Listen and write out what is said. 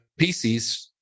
PCs